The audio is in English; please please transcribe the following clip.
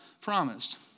promised